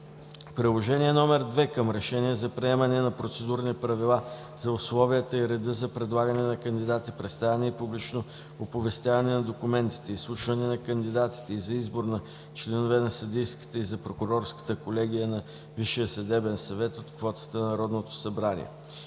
Проект на решение за приемане на процедурни правила за условията и реда за предлагане на кандидати, представяне и публично оповестяване на документите, изслушване на кандидатите и за избор на членове за съдийската и за прокурорската колегия на Висшия съдебен съвет от квотата на Народното събрание,